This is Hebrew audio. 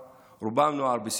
רובם נוער בסיכון,